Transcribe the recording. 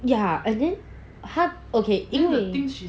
ya and then 他 okay 因为